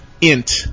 int